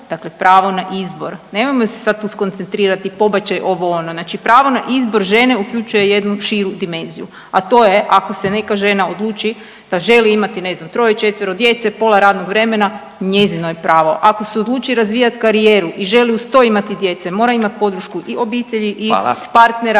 dakle pravo na izbor. Nemojmo se sad tu skoncentrirati pobačaj, ovo, ono, znači pravo na izbor žene uključuje jednu širu dimenziju, a to je ako se neka žena odluči da želi imati ne znam troje-četvero djece, pola radnog vremena, njezino je pravo, ako se odluči razvijat karijeru i želi uz to imati djece mora imati podršku i obitelji i partnera